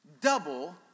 double